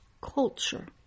culture